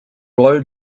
blow